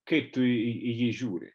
kaip tu į į jį žiūri